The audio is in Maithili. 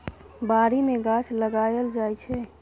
बारी मे गाछ लगाएल जाइ छै